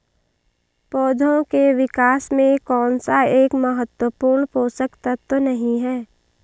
पौधों के विकास में कौन सा एक महत्वपूर्ण पोषक तत्व नहीं है?